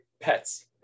pets